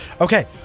Okay